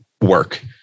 work